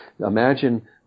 imagine